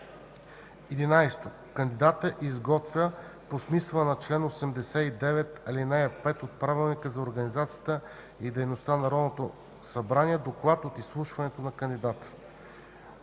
11. Кандидатът изготвя по смисъла на чл. 89, ал. 5 от Правилника за организацията и дейността на Народното събрание доклад от изслушването на кандидата.